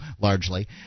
largely